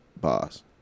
Boss